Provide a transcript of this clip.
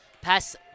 Pass